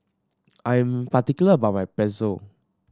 I'm particular about my Pretzel